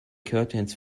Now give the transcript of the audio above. curtains